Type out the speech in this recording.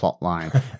plotline